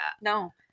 No